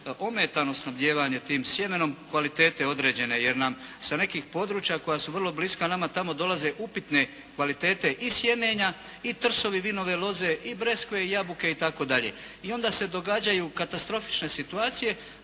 ometano snabdijevanje tim sjemenom kvalitete određene, jer nam sa nekih područja koja su vrlo bliska nama, tamo dolaze upitne kvalitete i sjemena i trsovi vinove loze i breskve i jabuke itd. I onda se događaju katastrofične situacije